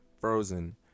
Frozen